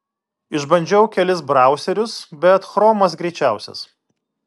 išbandžiau kelis brauserius bet chromas greičiausias